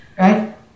Right